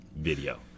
video